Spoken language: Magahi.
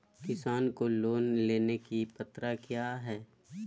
किसान को लोन लेने की पत्रा क्या है?